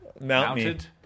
Mounted